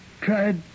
tried